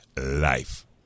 life